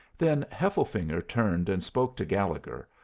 then hefflefinger turned and spoke to gallegher,